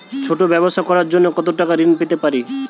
ছোট ব্যাবসা করার জন্য কতো টাকা ঋন পেতে পারি?